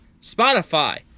Spotify